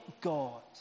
God